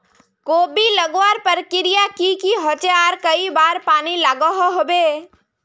कोबी लगवार प्रक्रिया की की होचे आर कई बार पानी लागोहो होबे?